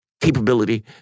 capability